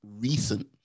recent